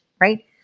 Right